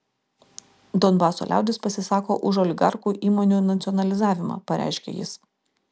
donbaso liaudis pasisako už oligarchų įmonių nacionalizavimą pareiškė jis